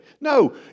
No